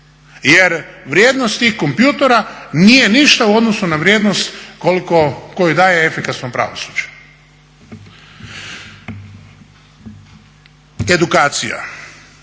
Jer vrijednost tih kompjutera nije ništa u odnosu na vrijednost koju daje efikasno pravosuđe. Edukacija,